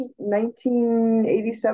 1987